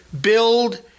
build